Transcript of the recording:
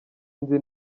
nzi